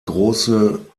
große